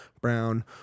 brown